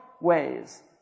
ways